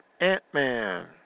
Ant-Man